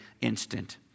instant